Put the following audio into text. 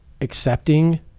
accepting